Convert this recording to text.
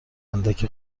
اندک